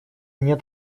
нет